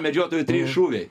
medžiotojui trys šūviai